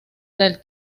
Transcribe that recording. del